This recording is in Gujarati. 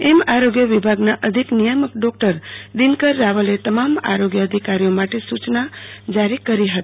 એમ આરોગ્ય વિભાગના અધિક નિયામક ડોકટર દિનકર રાવલે તમામ આરોગ્ય અધિકારીઓ માટે સુચના જારી કરી હતી